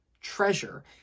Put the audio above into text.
treasure